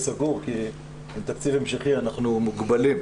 סגור כי עם תקציב המשכי אנחנו מוגבלים.